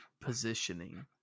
positioning